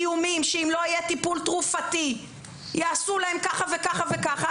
איומים שאם לא יהיה טיפול תרופתי יעשו להם ככה וככה וככה.